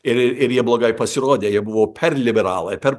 ir ir jie blogai pasirodė jie buvo per liberalai per